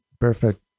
Perfect